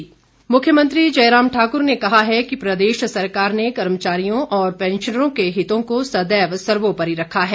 जयराम मुख्यमंत्री जयराम ठाकुर ने कहा है कि प्रदेश सरकार ने कर्मचारियों और पैंशनरों के हितों को सदैव सर्वोपरि रखा है